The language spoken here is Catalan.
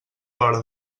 alhora